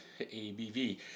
ABV